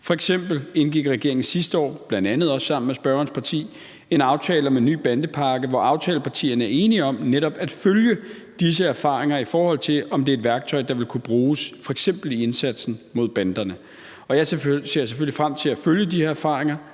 indgik regeringen sidste år, bl.a. også sammen med spørgerens parti, en aftale om en ny bandepakke, hvor aftalepartierne er enige om netop at følge disse erfaringer, i forhold til om det er et værktøj, der f.eks. vil kunne bruges i indsatsen mod banderne. Og jeg ser selvfølgelig frem til at følge de her erfaringer